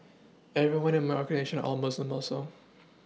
everyone in my organisation are all Muslim also